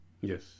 Yes